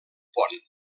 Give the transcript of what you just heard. pont